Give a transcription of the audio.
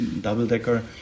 double-decker